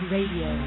Radio